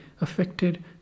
affected